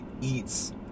eats